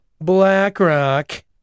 BlackRock